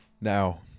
now